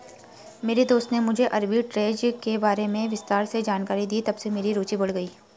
मेरे दोस्त ने मुझे आरबी ट्रेज़ के बारे में विस्तार से जानकारी दी तबसे मेरी रूचि बढ़ गयी